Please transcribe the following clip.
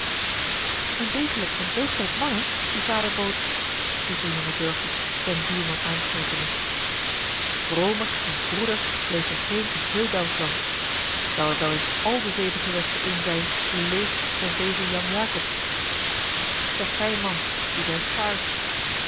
een degelijk en deugdelijk man hè die vader boot riep een jong burger zijn buurman aanstootende omer en vroeder leeft er geen in heel delfsland zou er wel in al de zeven gewesten een zijn die leeft zooals deze jan jacobsz certeyn man die zijn schaarsch